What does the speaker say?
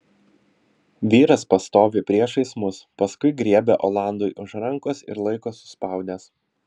vyras pastovi priešais mus paskui griebia olandui už rankos ir laiko suspaudęs